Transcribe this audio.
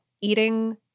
eating